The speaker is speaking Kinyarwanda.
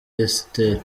esiteri